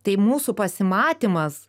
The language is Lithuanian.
tai mūsų pasimatymas